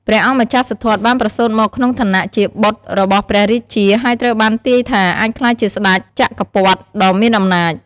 ព្រះអង្គម្ចាស់សិទ្ធត្ថបានប្រសូតមកក្នុងឋានៈជាបុត្ររបស់ព្រះរាជា ហើយត្រូវបានទាយថាអាចក្លាយជាស្តេចចក្រពត្តិដ៏មានអំណាច។